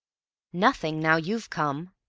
nothing now you've come,